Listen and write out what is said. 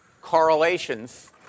correlations